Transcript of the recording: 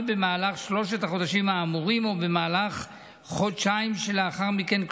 במהלך שלושת החודשים האמורים ובמהלך חודשיים שלאחר מכן,